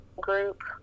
group